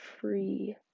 free